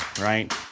right